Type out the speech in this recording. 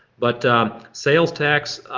but sales tax,